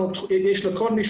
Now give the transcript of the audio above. יש לכל מי